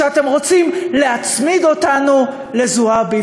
שאתם רוצים להצמיד אותנו לזועבי.